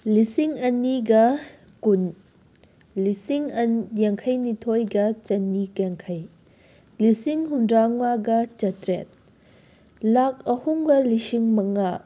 ꯂꯤꯁꯤꯡ ꯑꯅꯤꯒ ꯀꯨꯟ ꯂꯤꯁꯤꯡ ꯌꯥꯡꯈꯩ ꯅꯤꯊꯣꯏꯒ ꯆꯅꯤ ꯌꯥꯡꯈꯩ ꯂꯤꯁꯤꯡ ꯍꯨꯝꯗ꯭꯭ꯔꯥ ꯃꯉꯥꯒ ꯆꯥꯇ꯭ꯔꯦꯠ ꯂꯥꯛ ꯑꯍꯨꯝꯒ ꯂꯤꯁꯤꯡ ꯃꯉꯥ